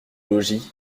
logis